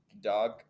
dog